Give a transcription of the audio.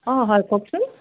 অঁ হয় কওকচোন